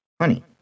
honey